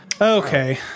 Okay